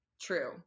True